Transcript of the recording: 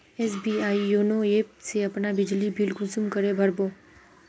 SBI YONO app से अपना बिजली बिल कुंसम करे भर बो?